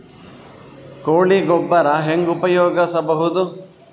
ಕೊಳಿ ಗೊಬ್ಬರ ಹೆಂಗ್ ಉಪಯೋಗಸಬಹುದು?